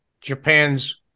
Japan's